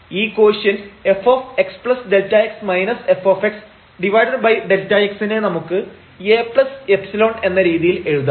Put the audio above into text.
ഈ quotient fxΔx f Δx നെ നമുക്ക് Aϵ എന്ന രീതിയിൽ എഴുതാം